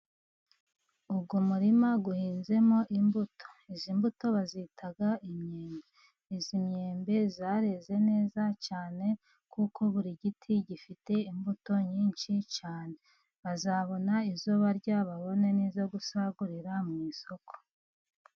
Uyu murima uhinzemo imbuto. Izi mbuto bazita imyembe. Iyi myembe yareze neza cyane, kuko buri giti gifite imbuto nyinshi cyane bazabona iyo barya, babone n'iyo gusagurira mu isoko.